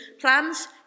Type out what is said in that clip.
plans